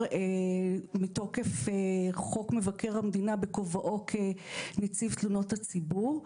מתוקף חוק מבקר המדינה בכובעו כנציב תלונות הציבור,